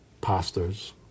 pastors